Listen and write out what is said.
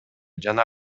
жана